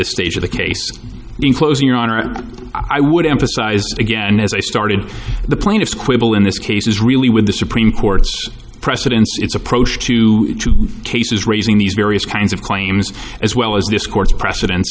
this stage of the case in closing your honor i would emphasize again as i started the plaintiff's quibble in this case is really with the supreme court's precedents its approach to cases raising these various kinds of claims as well as this court's preceden